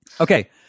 okay